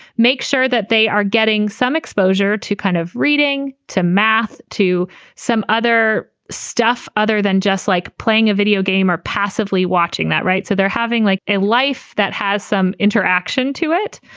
make sure that they are getting some exposure to kind of reading, to math, to some other stuff other than just like playing a video game or passively watching that. right. so they're having like a life that has some interaction to it.